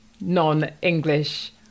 non-English